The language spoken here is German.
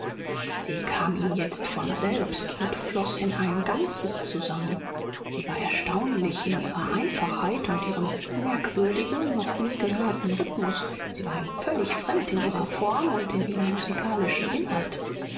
sie kam ihm jetzt von selbst und floß in ein ganzes zusammen sie war erstaunlich in ihrer einfachheit und ihrem merkwürdigen noch nie gehörten rhythmus sie war ihm völlig fremd in ihrer form und in ihrem musikalischen inhalt